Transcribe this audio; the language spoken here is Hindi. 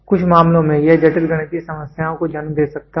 कुछ मामलों में यह जटिल गणितीय समस्याओं को जन्म दे सकता है